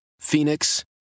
Phoenix